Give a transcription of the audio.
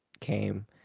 came